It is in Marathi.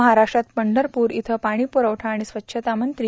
महाराष्ट्रात पंढरपूर इथं पाणीप्रवठा आणि स्वच्छता मंत्री श्री